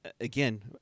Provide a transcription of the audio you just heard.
Again